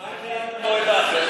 מה יקרה במועד האחר?